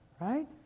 right